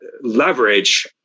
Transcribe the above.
leverage